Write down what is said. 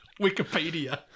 Wikipedia